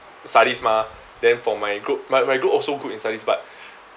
studies mah then for my group my my group also good in studies but